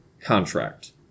contract